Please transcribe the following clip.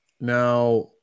Now